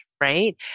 right